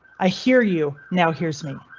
i hear you now. here's me.